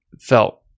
felt